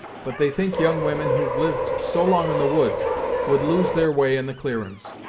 but they think young women who've lived so long in the woods would lose their way in the clearin's.